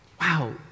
wow